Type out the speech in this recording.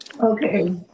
Okay